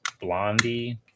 Blondie